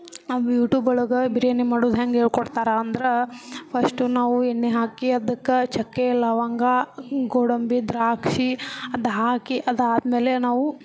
ನಾವು ಯೂಟೂಬ್ ಒಳಗೆ ಬಿರಿಯಾನಿ ಮಾಡೋದು ಹೆಂಗೆ ಹೇಳ್ಕೊಡ್ತಾರೆ ಅಂದ್ರೆ ಫಶ್ಟು ನಾವು ಎಣ್ಣೆ ಹಾಕಿ ಅದಕ್ಕೆ ಚಕ್ಕೆ ಲವಂಗ ಗೋಡಂಬಿ ದ್ರಾಕ್ಷಿ ಅದುಹಾಕಿ ಅದಾದಮೇಲೆ ನಾವು